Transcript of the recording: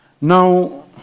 Now